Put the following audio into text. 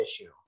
issue